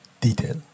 detail